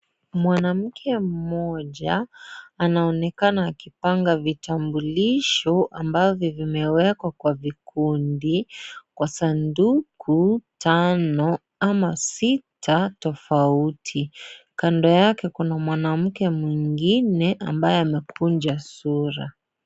Mwanamke mmoja anaonekana akipanga vitambulisho ambavyo vimewekwa kwa vikundi, kwa sanduku tano ama sita tofauti. Kando yake kuna mwanamke mwengine ambaye amekunja sura.